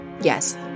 Yes